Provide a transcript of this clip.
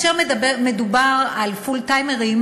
כאשר מדובר על פול-טיימרים,